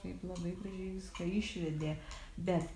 kaip labai gražiai viską išvedė bet